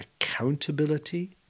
accountability